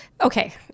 Okay